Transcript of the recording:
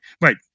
Right